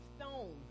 stone